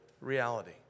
reality